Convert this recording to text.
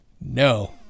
No